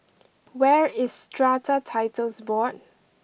where is Strata Titles Board